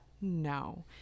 No